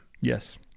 Yes